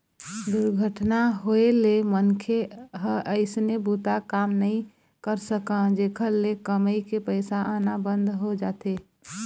दुरघटना होए ले मनखे ह अइसने बूता काम नइ कर सकय, जेखर ले कमई के पइसा आना बंद हो जाथे